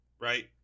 right